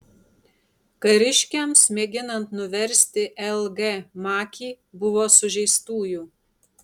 kariškiams mėginant nuversti l g makį buvo sužeistųjų